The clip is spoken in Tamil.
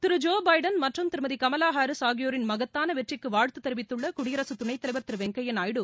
திரு ஜோ பைடன் மற்றும் திருமதி கமவா ஹாரீஸ் ஆகியோரின் மகத்தான வெற்றிக்கு வாழ்த்து தெரிவித்துள்ள குடியரசு துணைத்தலைவர் திரு வெங்கையா நாயுடு